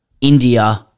India